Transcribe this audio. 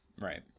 Right